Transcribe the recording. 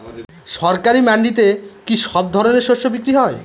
সরকারি মান্ডিতে কি সব ধরনের শস্য বিক্রি হয়?